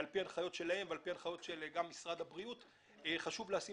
על פי הנחיות שלהם וגם על פי הנחיות של משרד הבריאות חשוב לשים